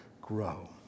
grow